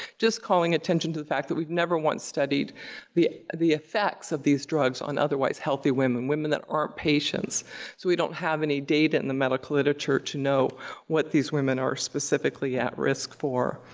just calling attention to the fact that we've never once studied the the effects of these drugs on otherwise healthy women, women that aren't patients. so we don't have any data in the medical literature to know what these women are specifically at risk for.